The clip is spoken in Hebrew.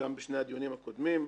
גם בשני הדיונים הקודמים.